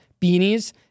beanies